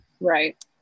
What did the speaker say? Right